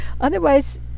Otherwise